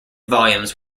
volumes